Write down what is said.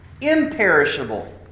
Imperishable